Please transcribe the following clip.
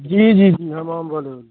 جی جی جی ہم آم والے بول رہے